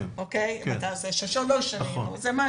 אם אתה עושה של שלוש שנים או יותר,